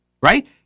Right